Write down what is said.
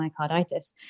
myocarditis